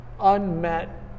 unmet